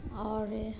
और